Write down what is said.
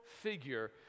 figure